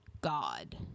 god